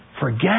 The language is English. forget